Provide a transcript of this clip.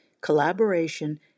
collaboration